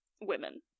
women